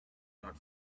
not